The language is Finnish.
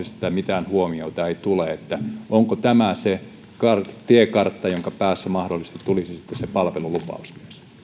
tapauksessa että mitään huomioita ei tule onko tämä se tiekartta jonka päässä mahdollisesti tulisi sitten se palvelulupaus